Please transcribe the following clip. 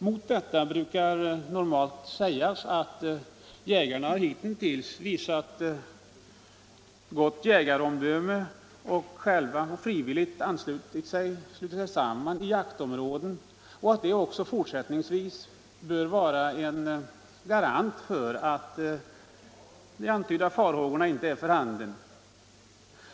Mot detta brukar invändas att jägarna hitintills har visat gott omdöme och frivilligt slutit sig samman i jaktområden och att det också fortsättningsvis bör garantera att de antydda farhågorna inte är befogade.